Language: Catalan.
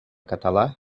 català